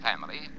family